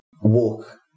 walk